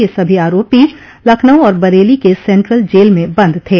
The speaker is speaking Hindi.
यह सभी आरोपी लखनऊ और बरेली के सेन्ट्रल जेल में बंद थे